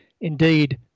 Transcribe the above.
indeed